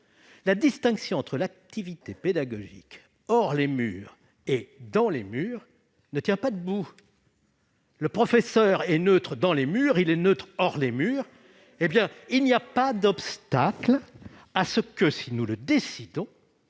la distinction entre l'activité pédagogique hors les murs et celle dans les murs ne tient pas debout. Le professeur est neutre dans les murs, il l'est aussi hors les murs ! Parce qu'il est professeur ! Et il n'y a pas d'obstacle à ce que, si nous le décidons,